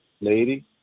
lady